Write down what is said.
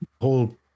whole